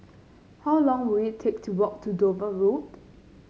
how long will it take to walk to Dover Road